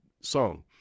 song